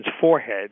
forehead